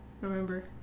remember